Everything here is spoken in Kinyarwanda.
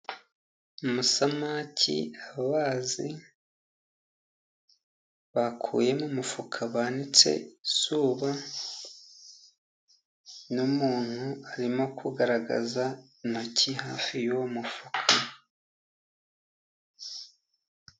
Amusamaki ababazi bakuye mu mufuka, banitse izuba n' umuntu arimo kugaragaza intoki hafi y' uwo mufuka.